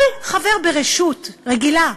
כל חבר ברשות רגילה,